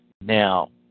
Now